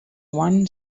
won